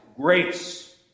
grace